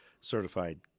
certified